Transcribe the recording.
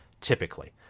typically